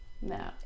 no